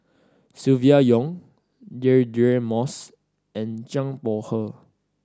Silvia Yong Deirdre Moss and Zhang Bohe